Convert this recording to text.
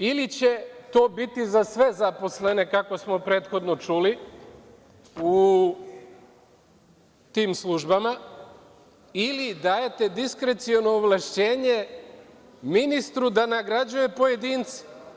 Dakle, ili će to bili za sve zaposlene, kako smo prethodno čuli, u tim službama, ili dajete diskreciono ovlašćenje ministru da nagrađuje pojedince.